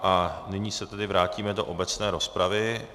A nyní se tedy vrátíme do obecné rozpravy.